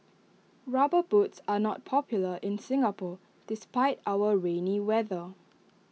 rubber boots are not popular in Singapore despite our rainy weather